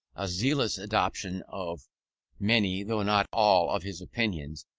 a zealous adoption of many, though not all of his opinions,